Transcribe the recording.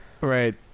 Right